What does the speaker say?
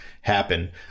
happen